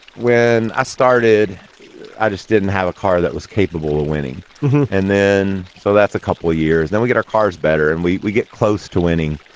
when i started i just didn't have a car that was capable of winning and then so that's a couple of years then we get our cars better and we we get close to winning.